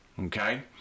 okay